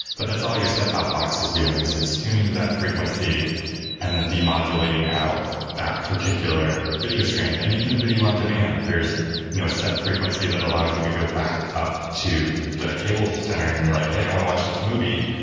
but that's all your set top box is doing is it's tuning to that frequency and then demodulating out that particular video stream and even video and on-demand, there's you know a set frequency that allows you to go back up to the cable center and you're like, hey, i want to watch this movie.